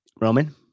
Roman